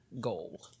goal